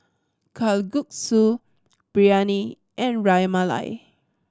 Kalguksu Biryani and Ras Malai